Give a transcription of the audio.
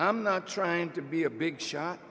i'm not trying to be a big shot